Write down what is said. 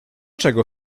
czego